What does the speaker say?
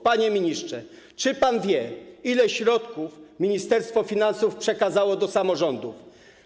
Panie ministrze, czy pan wie ile środków Ministerstwo Finansów przekazało do samorządów?